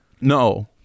no